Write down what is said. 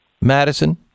Madison